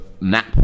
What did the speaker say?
nap